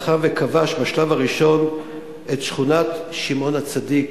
לחם וכבש בשלב הראשון את שכונת שמעון-הצדיק,